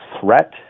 threat